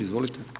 Izvolite.